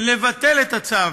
לבטל את הצו,